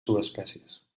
subespècies